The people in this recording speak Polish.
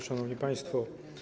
Szanowni Państwo!